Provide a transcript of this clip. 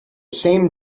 same